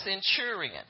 centurion